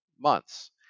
months